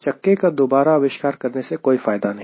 चक्के का दुबारा अविष्कार करने से कोई फायदा नहीं